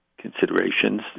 considerations